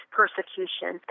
persecution